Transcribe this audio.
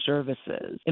Services